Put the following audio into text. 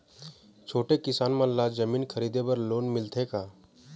छोटे किसान मन ला जमीन खरीदे बर लोन मिलथे का?